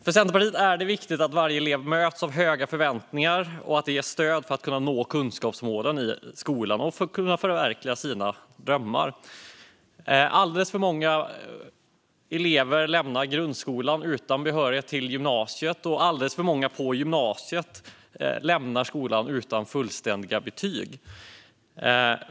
För Centerpartiet är det viktigt att varje elev möts av höga förväntningar och ges det stöd som krävs för att kunna nå kunskapsmålen i skolan och förverkliga sina drömmar. Alldeles för många elever lämnar grundskolan utan behörighet till gymnasiet, och alldeles för många lämnar gymnasiet utan fullständiga betyg.